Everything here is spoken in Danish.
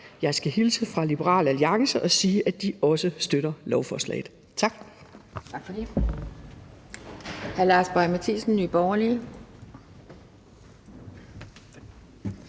Jeg skal hilse fra Liberal Alliance og sige, at de også støtter lovforslaget. Tak.